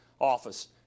office